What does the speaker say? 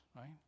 right